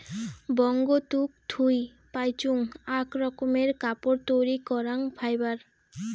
বঙ্গতুক থুই পাইচুঙ আক রকমের কাপড় তৈরী করাং ফাইবার